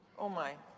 oh, my.